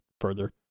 further